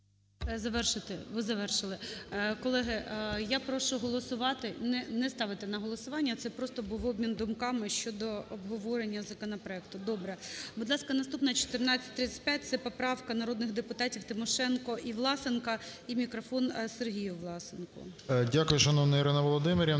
Завершуйте. Ви завершили. Колеги, я прошу голосувати… не ставити на голосування, це просто був обмін думками щодо обговорення законопроекту. Добре. Будь ласка, наступна – 1435, це поправка народних депутатів: Тимошенко і Власенка. Мікрофон Сергію Власенку. 13:43:19 ВЛАСЕНКО С.В. Дякую, шановна Ірина Володимирівна.